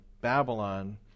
Babylon